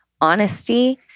honesty-